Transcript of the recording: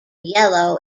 yellow